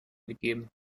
gegeben